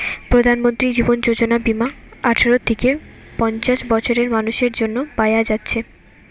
প্রধানমন্ত্রী জীবন যোজনা বীমা আঠারো থিকে পঞ্চাশ বছরের মানুসের জন্যে পায়া যাচ্ছে